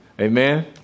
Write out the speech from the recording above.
Amen